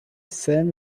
same